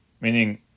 meaning